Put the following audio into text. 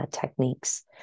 techniques